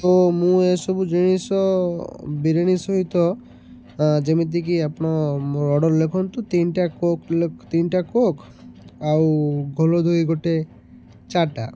ତ ମୁଁ ଏସବୁ ଜିନିଷ ବିରିୟାନୀ ସହିତ ଯେମିତିକି ଆପଣ ମୋର ଅର୍ଡ଼ର୍ ଲେଖନ୍ତୁ ତିନିଟା କୋକ୍ ତିନିଟା କୋକ୍ ଆଉ ଘୋଲ ଦହି ଗୋଟେ ଚାରିଟା